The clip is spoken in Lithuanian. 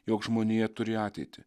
jog žmonija turi ateitį